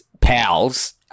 pals